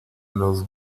los